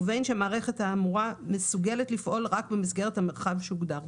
ובין שהמערכת האמורה מסוגלת לפעול רק במסגרת המרחב שהוגדר בה.